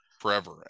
forever